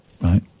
right